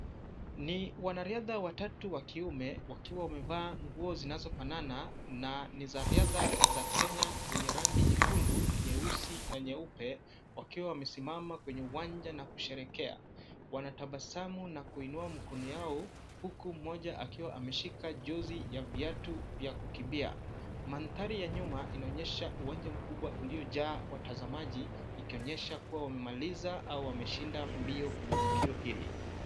Ni wanariadha watatu wa kiume wakiwa wamevaa nguo zinazofanana na ni za riadha ya Kenya zenye rangi nyekundu, nyeusi na nyeupe, wakiwa wamesimama kwenye uwanja na kusherehekea. Wanatabasamu na kuinua mkono yao huku mmoja akiwa ameshika jozi ya viatu vya kukimbia. Mandhari ya nyuma inaonyesha uwanja mkubwa uliojaa watazamaji, ikionyesha kuwa wamemaliza au wameshinda mbio kwenye tukio hili.